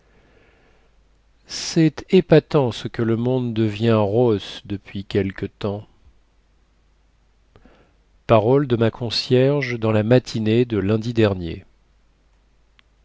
cest épatant ce que le monde devient rosse depuis quelque temps paroles de ma concierge dans la matinée de lundi dernier